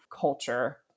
culture